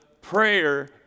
prayer